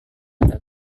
ada